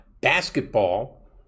basketball